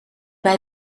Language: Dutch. bij